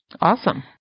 Awesome